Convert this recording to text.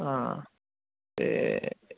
आं ते